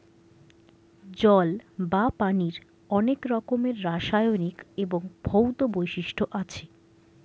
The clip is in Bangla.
জল বা পানির অনেক রকমের রাসায়নিক এবং ভৌত বৈশিষ্ট্য আছে